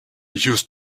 used